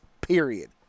Period